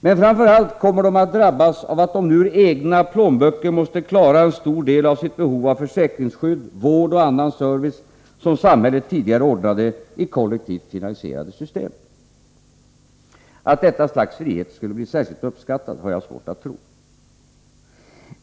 Men framför allt kommer de att drabbas av att de nu ur egna plånböcker måste klara en stor del av sitt behov av försäkringsskydd, vård och annan service, som samhället tidigare ordnade i kollektivt finansierade system. Att detta slags frihet skulle bli särskilt uppskattad, har jag svårt att tro.